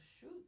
shoot